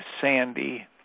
Sandy